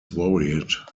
worried